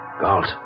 Galt